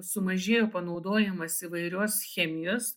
sumažėjo panaudojamas įvairios chemijos